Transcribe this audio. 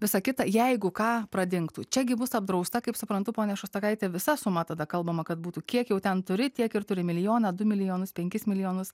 visa kita jeigu ką pradingtų čia gi bus apdrausta kaip suprantu pone šostakaite visa suma tada kalbama kad būtų kiek jau ten turi tiek ir turi milijoną du milijonus penkis milijonus